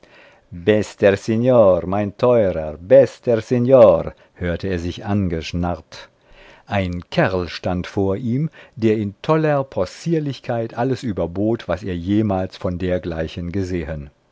bester signor mein teurer bester signor hörte er sich angeschnarrt ein kerl stand vor ihm der in toller possierlichkeit alles überbot was er jemals von dergleichen gesehen